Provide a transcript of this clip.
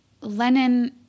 Lenin